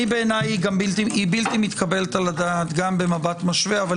בעיניי היא בלתי מתקבלת על הדעת גם במבט משווה אבל